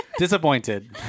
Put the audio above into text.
Disappointed